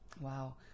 wow